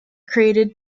created